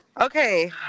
Okay